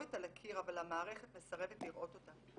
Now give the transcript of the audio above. הכתובת על הקיר אבל המערכת מסרבת לראות אותה.